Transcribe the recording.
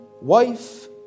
wife